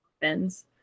bins